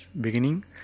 beginning